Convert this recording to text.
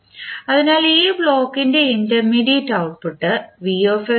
അതിനാൽ ഈ ബ്ലോക്കിൻറെ ഇന്റർമീഡിയറ്റ് ഔട്ട്പുട്ട് ആണ്